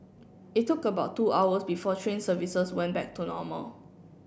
it took about two hours before train services went back to normal